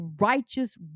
righteous